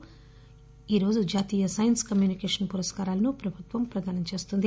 ఈ సందర్బంగా ఈరోజు జాతీయ సైన్సీ కమ్యూనికేషన్ పురస్కారాలను ప్రభుత్వం ప్రదానం చేస్తుంది